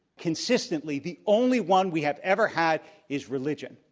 consistently, the only one we have ever had is religion.